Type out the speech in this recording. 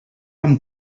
amb